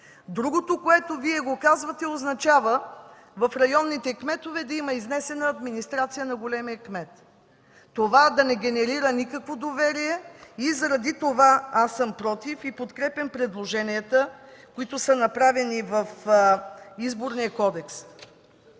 Другото, което Вие казвате, означава в районните кметове да има изнесена администрация на големия кмет, това да не генерира никакво доверие. И заради това съм против и подкрепям предложенията, които са на правени в Изборния кодекс.